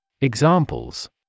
Examples